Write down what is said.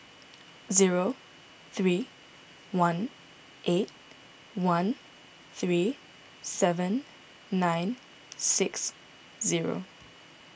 zero three one eight one three seven nine six zero